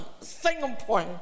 Singapore